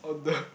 on the